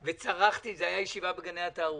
וצרחתי, זו הייתה ישיבה בגני התערוכה.